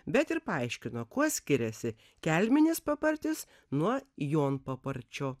bet ir paaiškino kuo skiriasi kelminis papartis nuo jonpaparčio